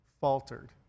faltered